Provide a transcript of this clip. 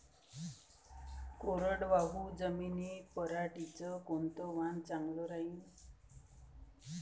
कोरडवाहू जमीनीत पऱ्हाटीचं कोनतं वान चांगलं रायीन?